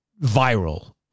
viral